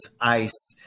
ice